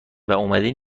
واومدین